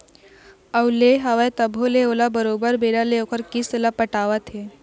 अउ ले हवय तभो ले ओला बरोबर बेरा ले ओखर किस्त ल पटावत हे